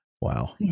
wow